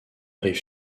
rive